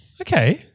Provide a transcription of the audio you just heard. Okay